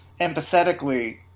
empathetically